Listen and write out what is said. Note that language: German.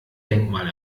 denkmal